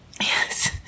Yes